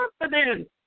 confidence